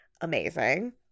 amazing